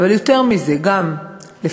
אבל יותר מזה, גם לפתח